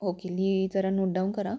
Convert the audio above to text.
okay लिहि जरा note down करा